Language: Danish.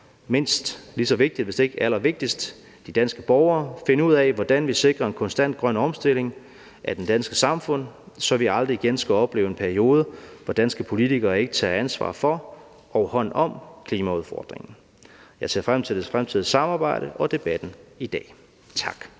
mindst lige så vigtigt, hvis ikke allervigtigst, de danske borgere finde ud af, hvordan vi sikrer en konstant grøn omstilling af det danske samfund, så vi aldrig igen skal opleve en periode, hvor danske politikere ikke tager ansvar for og hånd om klimaudfordringen. Jeg ser frem til det fremtidige samarbejde og debatten i dag. Tak.